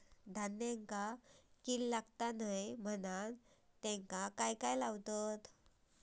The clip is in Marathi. धान्यांका कीड लागू नये म्हणून त्याका काय लावतत?